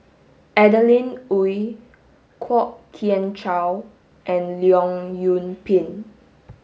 Adeline Ooi Kwok Kian Chow and Leong Yoon Pin